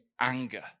anger